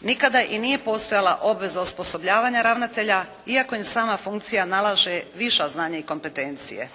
Nikada i nije postojala obveza osposobljavanja ravnatelja iako im sama funkcija nalaže viša znanja i kompetencije.